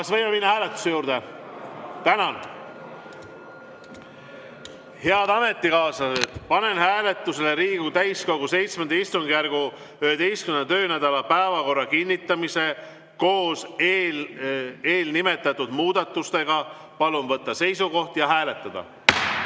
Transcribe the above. Kas võime minna hääletuse juurde? Tänan! Head ametikaaslased, panen hääletusele Riigikogu täiskogu VII istungjärgu 11. töönädala päevakorra kinnitamise koos eelnimetatud muudatustega. Palun võtta seisukoht ja hääletada!